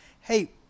hey